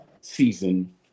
season